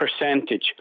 percentage